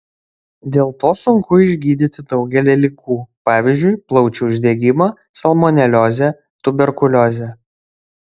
dėl to sunku išgydyti daugelį ligų pavyzdžiui plaučių uždegimą salmoneliozę tuberkuliozę